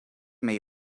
may